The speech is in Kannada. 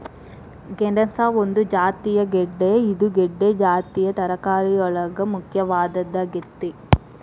ಗೆಣಸ ಒಂದು ಜಾತಿಯ ಗೆಡ್ದೆ ಇದು ಗೆಡ್ದೆ ಜಾತಿಯ ತರಕಾರಿಯೊಳಗ ಮುಖ್ಯವಾದದ್ದಾಗೇತಿ